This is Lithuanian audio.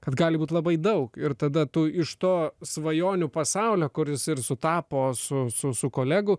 kad gali būt labai daug ir tada tu iš to svajonių pasaulio kuris ir sutapo su su su kolegų